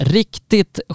riktigt